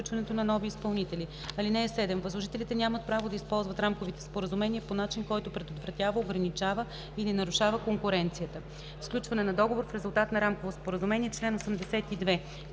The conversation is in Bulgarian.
Възложителите нямат право да използват рамковите споразумения по начин, който предотвратява, ограничава или нарушава конкуренцията.” Член 82 – „Сключване на договор в резултат на рамково споразумение”.